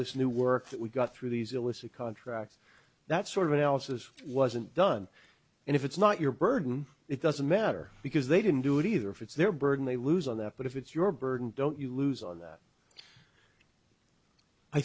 this new work that we got through these illicit contracts that sort of analysis wasn't done and if it's not your burden it doesn't matter because they didn't do it either if it's their burden they lose on that but if it's your burden don't you lose on that i